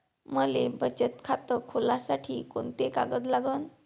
मले बचत खातं खोलासाठी कोंते कागद लागन?